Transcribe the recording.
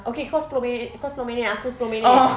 okay kau sepuluh minit kau sepuluh minit aku sepuluh minit